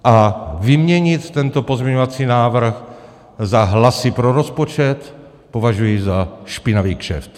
A vyměnit tento pozměňovací návrh za hlasy pro rozpočet považuji za špinavý kšeft.